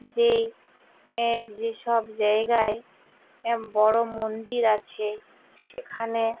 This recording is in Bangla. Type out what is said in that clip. যেই যেসব জায়গায় বড়ো মন্দির আছে সেখানে